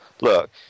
look